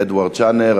אדוארד צ'אנר.